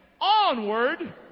onward